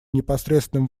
непосредственным